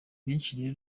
benshi